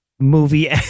Movie